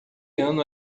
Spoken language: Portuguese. ano